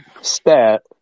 stat